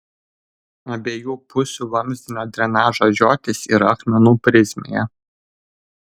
abiejų pusių vamzdinio drenažo žiotys yra akmenų prizmėje